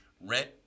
rent